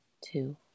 two